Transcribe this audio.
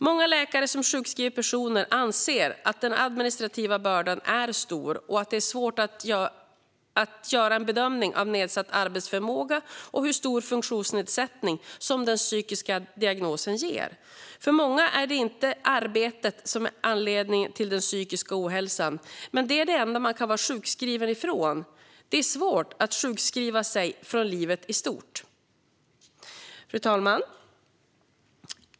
Många läkare som sjukskriver personer anser att den administrativa bördan är stor och att det är svårt att göra en bedömning av nedsatt arbetsförmåga och av hur stor funktionsnedsättning som den psykiska diagnosen ger. För många är det inte arbetet som är anledningen till den psykiska ohälsan, men det är det enda man kan vara sjukskriven från. Det är svårt att sjukskriva sig från livet i stort. Fru talman!